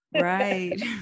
Right